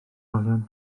olion